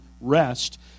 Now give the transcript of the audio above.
rest